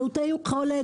מיעוטי יכולת,